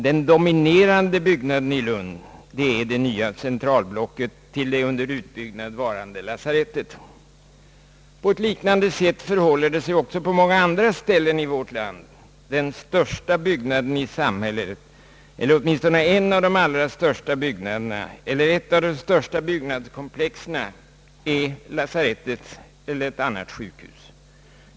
Den dominerande byggnaden i Lund är det nya centralblocket till det under utbyggande varande lasarettet. På ett liknande sätt förhåller det sig på många andra ställen i vårt land. Den största byggnaden i ett samhälle, eller åtminstone en av de största byggnaderna eller ett av de största byggnadskomplexen, är lasarettet eller ett annat sjukhus.